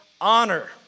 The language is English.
honor